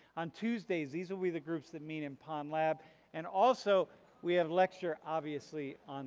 on tuesdays these will be the groups that mean in pond lab and also we have lecture obviously on,